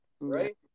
right